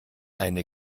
eine